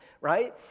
right